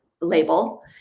label